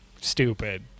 stupid